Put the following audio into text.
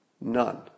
None